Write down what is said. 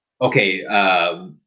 okay